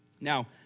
Now